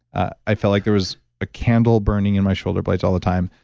i felt like there was a candle burning in my shoulder blades all the time.